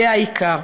זה העיקר.